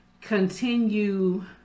continue